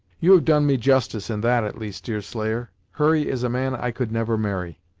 you have done me justice in that at least, deerslayer. hurry is a man i could never marry,